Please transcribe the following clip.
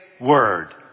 word